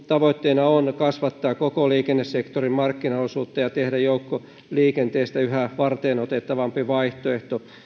tavoitteena on kasvattaa koko liikennesektorin markkinaosuutta ja tehdä joukkoliikenteestä yhä varteenotettavampi vaihtoehto